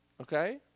Okay